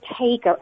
take